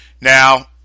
Now